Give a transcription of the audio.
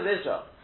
Israel